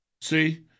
See